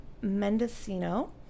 Mendocino